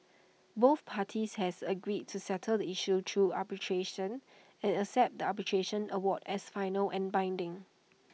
both parties had agreed to settle the issue through arbitration and accept the arbitration award as final and binding